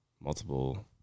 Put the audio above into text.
multiple